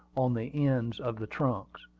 on the ends of the trunks.